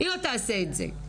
היא לא תעשה את זה.